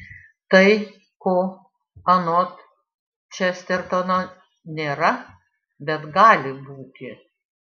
tai ko anot čestertono nėra bet gali būti